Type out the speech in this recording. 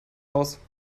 haus